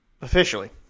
officially